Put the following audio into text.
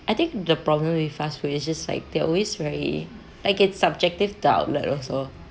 I think the problem with fast food is just like they're always very like it's subjective to outlet also